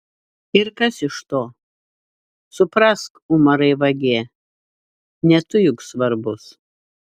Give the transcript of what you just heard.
ir kas iš to suprask umarai vagie ne tu juk svarbus